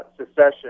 secession